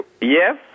yes